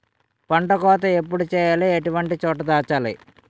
పంట కోత ఎప్పుడు చేయాలి? ఎటువంటి చోట దాచాలి?